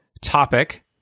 topic